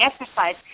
exercise